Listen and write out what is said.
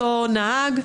נהג.